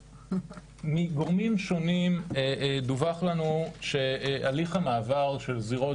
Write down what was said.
מגורמים שונים דווח לנו שהליך המעבר של זירות